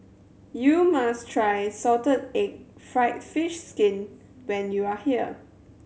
you must try salted egg fried fish skin when you are here